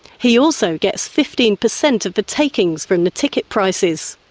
he also gets fifteen percent of the takings from the ticket prices.